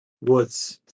woods